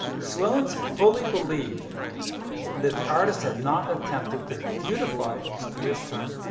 swillens fully believed that the artist had not attempted to beautify, his his term,